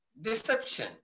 Deception